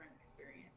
experience